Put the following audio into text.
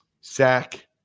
sack